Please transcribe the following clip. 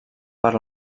per